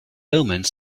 omens